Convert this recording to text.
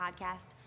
Podcast